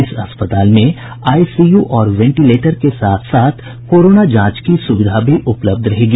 इस अस्पताल में आईसीयू और वेंटिलेटर के साथ साथ कोरोना जांच की सुविधा भी उपलब्ध रहेगी